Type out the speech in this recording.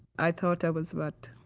i thought i was, what,